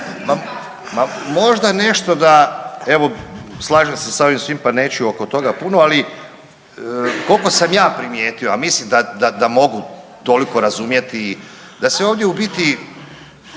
možda nešto da evo slažem se sa ovim svim, pa neću oko toga puno ali koliko sam ja primijetio, a mislim da mogu toliko razumjeti, da se ovdje u biti